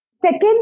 Second